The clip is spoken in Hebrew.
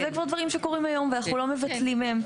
וזה כבר דברים שקורים היום ואנחנו לא מבטלים מהם.